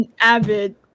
avid